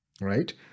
right